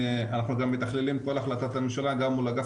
אנחנו מתכללים גם את כל החלטת הממשלה גם מול אגף